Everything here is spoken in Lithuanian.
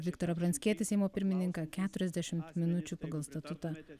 viktorą pranckietį seimo pirmininką keturiasdešim minučių pagal statutą